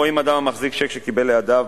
רואים אדם המחזיק צ'ק שקיבל לידיו,